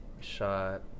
shot